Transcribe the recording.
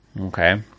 Okay